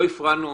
לא הפרענו